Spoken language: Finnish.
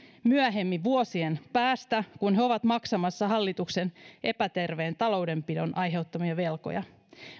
myöhemmin vuosien päästä kun he ovat maksamassa hallituksen epäterveen taloudenpidon aiheuttamia velkoja